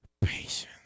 Patience